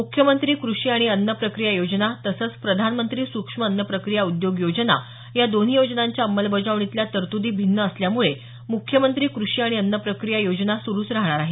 मुख्यमंत्री कृषी आणि अन्न प्रक्रिया योजना तसंच प्रधानमंत्री सुक्ष्म अन्न प्रक्रिया उद्योग योजना या दोन्ही योजनांच्या अंमलबजावणीतल्या तरतुदी भिन्न असल्यामुळे मुख्यमंत्री कृषी आणि अन्न प्रक्रिया योजना सुरुच राहणार आहे